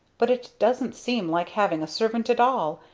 but it doesn't seem like having a servant at all.